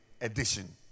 edition